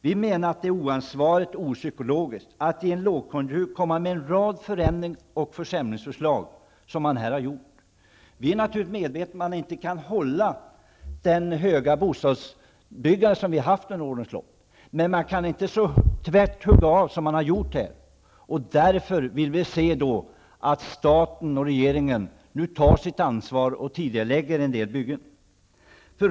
Vi menar att det är oansvarigt och opsykologiskt att i en lågkonjunktur komma med en rad förändringsoch försämringsförslag, som man här har gjort. Vi är naturligtvis medvetna om att man inte kan bibehålla det höga bostadsbyggande som vi har haft under årens lopp. Men man kan inte hugga av så tvärt, som har skett här. Därför vill vi se att staten och regeringen nu tar sitt ansvar och tidigarelägger en del byggen.